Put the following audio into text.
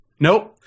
Nope